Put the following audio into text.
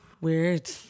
Weird